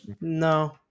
No